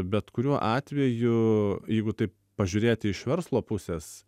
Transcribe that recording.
bet kuriuo atveju jeigu taip pažiūrėti iš verslo pusės